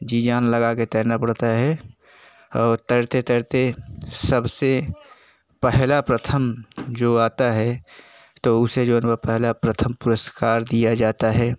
जी जान लगा के तैरना पड़ता है और तैरते तैरते सबसे पहले प्रथम जो आता है तो उसे जो वह पहला प्रथम पुरस्कार दिया जाता है